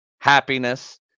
happiness